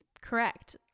Correct